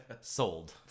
Sold